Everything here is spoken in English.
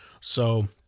So-